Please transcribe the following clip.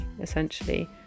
essentially